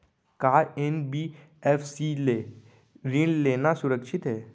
का एन.बी.एफ.सी ले ऋण लेना सुरक्षित हे?